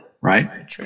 right